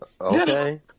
okay